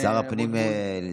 שר הפנים ניסה,